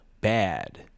bad